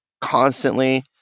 constantly